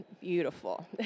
beautiful